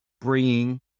bringing